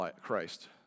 Christ